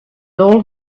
all